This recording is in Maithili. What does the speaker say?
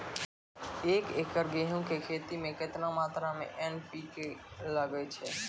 एक एकरऽ गेहूँ के खेती मे केतना मात्रा मे एन.पी.के लगे छै?